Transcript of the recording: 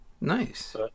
Nice